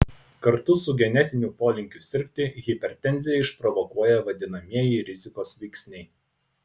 kartu su genetiniu polinkiu sirgti hipertenziją išprovokuoja vadinamieji rizikos veiksniai